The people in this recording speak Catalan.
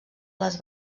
les